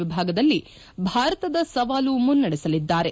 ವಿಭಾಗದಲ್ಲಿ ಭಾರತದ ಸವಾಲು ಮುನ್ನಡೆಸಲಿದ್ದಾರೆ